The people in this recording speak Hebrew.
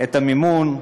את המימון,